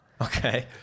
Okay